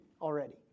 already